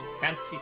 Fancy